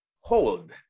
hold